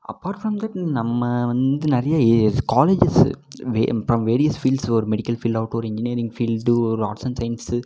apart from that நம்ம வந்து நிறைய as colleges way from various fields ஒரு மெடிக்கல் ஃபீல்டாகட்டும் ஒரு இன்ஜினியரிங் ஃபீல்டு ஒரு ஆர்ட்ஸ் அண்ட் சயின்ஸு